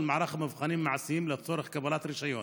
מערך המבחנים המעשיים לצורך קבלת רישיון,